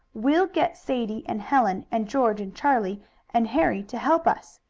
we'll get sadie and helen, and george and charlie and harry to help us.